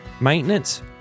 maintenance